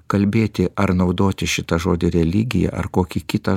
kalbėti ar naudoti šitą žodį religija ar kokį kitą